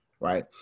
Right